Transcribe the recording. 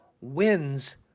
wins